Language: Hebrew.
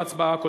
בהצבעה.